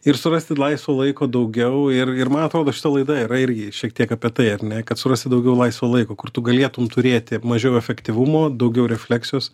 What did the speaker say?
ir surasti laisvo laiko daugiau ir ir man atrodo šita laida yra irgi šiek tiek apie tai kad surasti daugiau laisvo laiko kur tu galėtum turėti mažiau efektyvumo daugiau refleksijos